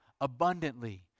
abundantly